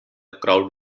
crowd